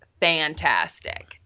fantastic